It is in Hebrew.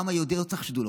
העם היהודי לא צריך שדולות.